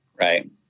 Right